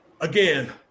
again